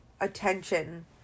attention